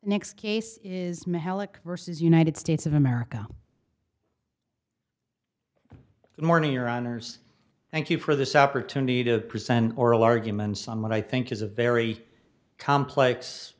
next case is malik versus united states of america the morning your honour's thank you for this opportunity to present oral arguments on what i think is a very complex